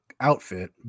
outfit